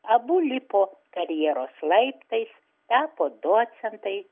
abu lipo karjeros laiptais tapo docentai